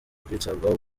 kwitabwaho